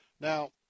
Now